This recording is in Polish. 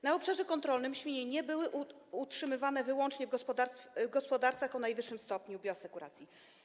Na obszarze kontrolnym świnie nie były utrzymywane wyłącznie w gospodarstwach o najwyższym stopniu bioasekuracji.